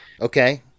Okay